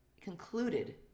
concluded